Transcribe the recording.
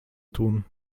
tun